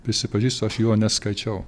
prisipažįstu aš jo neskaičiau